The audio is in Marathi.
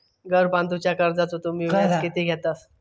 घर बांधूच्या कर्जाचो तुम्ही व्याज किती घेतास?